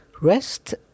rest